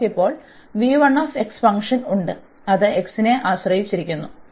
നമുക്ക് ഇപ്പോൾ v1 function ഉണ്ട് അത് x നെ ആശ്രയിച്ചിരിക്കുന്നു